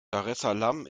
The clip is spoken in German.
daressalam